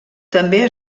també